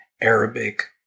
Arabic